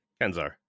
Kenzar